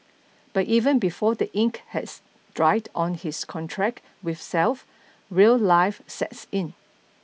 but even before the ink has dried on his contract with self real life sets in